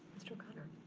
mr. o'connor.